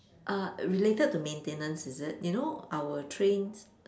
uh related to maintenance is it you know our trains